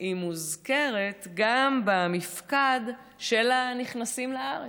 היא מוזכרת גם במפקד של הנכנסים לארץ,